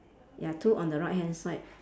ya two on the right hand side